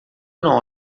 não